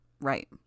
Right